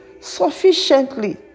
sufficiently